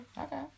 Okay